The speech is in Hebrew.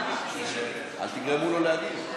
אל תגרמו לו להגיב.